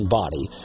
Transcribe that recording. body